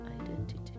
identity